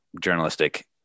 journalistic